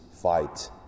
fight